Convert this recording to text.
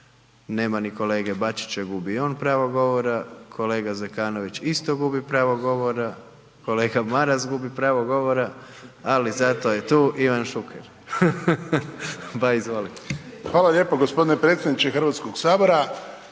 nema ni kolege Bačića, gubi i on pravo govora, kolega Zekanović isto gubi pravo govora, kolega Maras gubi pravo govora, ali zato je tu Ivan Šuker, pa izvolite. **Šuker, Ivan (HDZ)** Hvala lijepo gospodine predsjedniče Hrvatskog sabora.